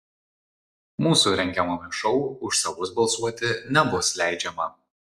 mūsų rengiamame šou už savus balsuoti nebus leidžiama